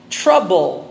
trouble